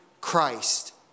Christ